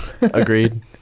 Agreed